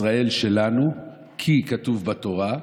ישראל שלנו כי כתוב בתורה,